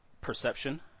perception